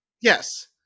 Yes